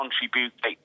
contribute